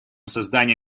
создания